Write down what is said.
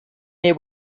they